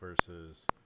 versus